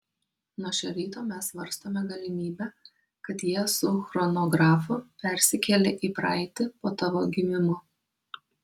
nuo šio ryto mes svarstome galimybę kad jie su chronografu persikėlė į praeitį po tavo gimimo